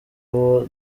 uwo